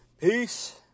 Peace